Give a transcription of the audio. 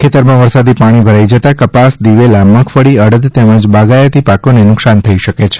ખેતરમાં વરસાદી પાણી ભરાઇ જતા કપાસ દિવેલા મગફળી અડદ તેમજ બાગાયતી પાકોને નુકસાન થઇ શકે છે